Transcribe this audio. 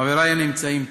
חברי הנמצאים פה,